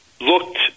looked